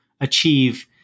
achieve